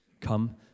Come